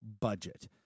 budget